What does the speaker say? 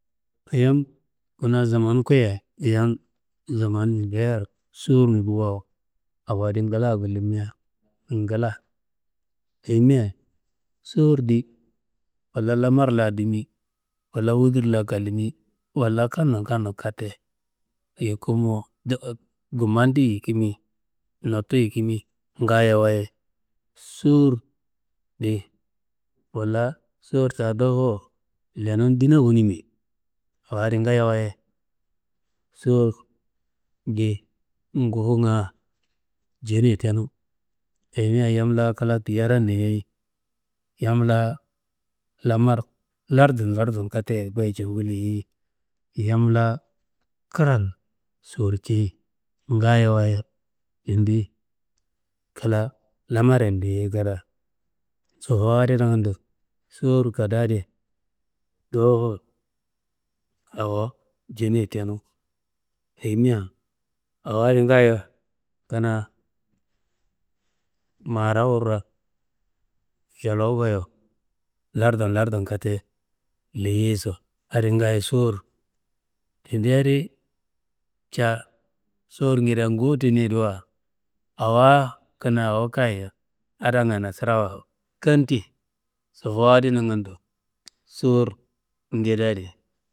Yam kanaa zaman kuyayi, yam zaman mindeyaro sowur ngufawa. Awadi ngla wullimia ngla, ayimia sowur di walla lamar la dimi walla wudur la kallimi walla kan- nun kan- nun katte yukumo ngumandi yikimi nottu yikimi ngaayowaye. Suwur di walla sowur da dowofo, lenun dina wunimi, awa adi ngaayowaye sowur ngiye ngufowonga jeriye tenu, ayimia yam la kla teyarayen leyei yam la lamar lartu n lartu n katte goyo cewu leyei. Yam la kran sowurcei ngaayowaye yendiyi kla lamariyen leyei kada. Sofowo adi nagando, sowur kadaa adi dowofo, awo jeniye tenu. Ayimia awo adi ngaayo kanaa maara wurra yelowu goyewu lartu n lartu n katte leyeiso adi ngaayo sowur. Tendi adi ca sowurngedea ngowu tenuyediwa awa kanaa awo kayi, adangana suwurawa kanti, sofowo adi nangando sowurngede adi.